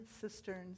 cisterns